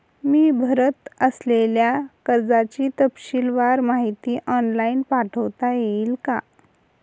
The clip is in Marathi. मी भरत असलेल्या कर्जाची तपशीलवार माहिती ऑनलाइन पाठवता येईल का?